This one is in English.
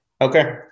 Okay